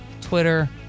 Twitter